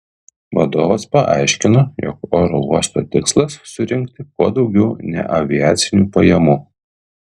vadovas paaiškino jog oro uosto tikslas surinkti kuo daugiau neaviacinių pajamų